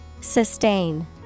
Sustain